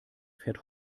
fährt